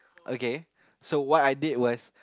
okay so what I did was